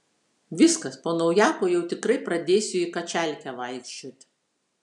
viskas po naujako jau tikrai pradėsiu į kačialkę vaikščiot